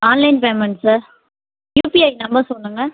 online payment sir UPI number சொல்லுங்கள்